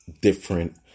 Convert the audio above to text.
different